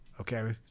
okay